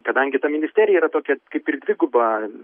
kadangi ta ministerija yra tokia kaip ir dviguba